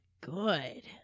good